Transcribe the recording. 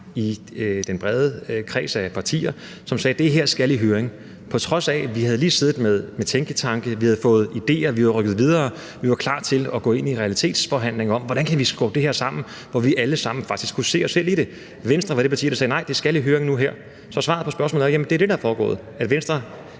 i den brede kreds af partier sagde, at det her skulle i høring, på trods af at vi lige havde siddet med tænketanke og fået idéer, og vi var rykket videre og var klar til at gå ind i en realitetsforhandling om, hvordan vi kunne skubbe det her sammen, og hvor vi alle sammen faktisk kunne se os selv i det. Venstre var det parti, der sagde: Nej, det skal i høring nu. Så svaret på spørgsmålet er, at det er det, der er foregået, altså at Venstre